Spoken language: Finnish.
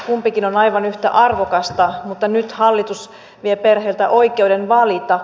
kumpikin on aivan yhtä arvokasta mutta nyt hallitus vie perheiltä oikeuden valita